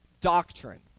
doctrine